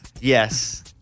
Yes